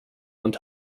und